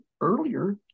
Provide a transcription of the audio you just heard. earlier